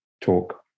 talk